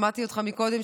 שמעתי אותך קודם,